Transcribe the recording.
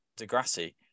Degrassi